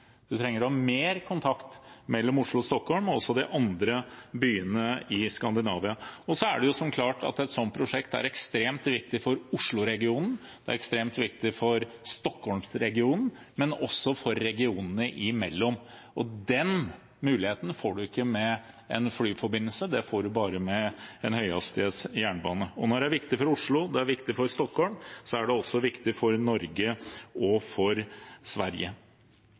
Skandinavia. Så er det klart at et sånt prosjekt er ekstremt viktig for Oslo-regionen og ekstremt viktig for Stockholms-regionen, men også for regionene imellom. Den muligheten får man ikke med en flyforbindelse, det får man bare med en høyhastighetsjernbane. Og når det er viktig for Oslo og viktig for Stockholm, er det også viktig for Norge og for Sverige.